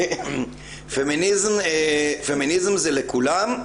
פמיניזם זה לכולם.